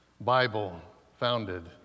Bible-founded